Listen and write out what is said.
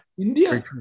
india